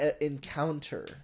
Encounter